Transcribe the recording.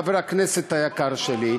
חבר הכנסת היקר שלי,